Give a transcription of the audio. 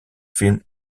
film